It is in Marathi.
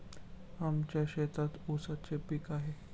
आमच्या शेतात ऊसाचे पीक आहे